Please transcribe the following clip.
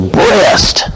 breast